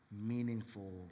meaningful